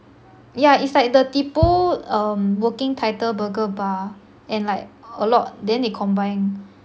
yeah it's like the Tipo working title burger bar and like a lot then they combine